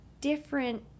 different